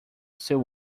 seu